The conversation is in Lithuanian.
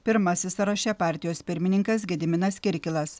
pirmasis sąraše partijos pirmininkas gediminas kirkilas